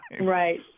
Right